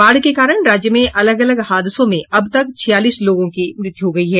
बाढ़ के कारण राज्य में अलग अलग हादसों में अब तक छियालीस लोगों की मृत्यू हो गयी है